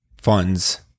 funds